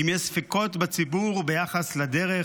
אם יש ספקות בציבור ביחס לדרך,